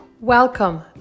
Welcome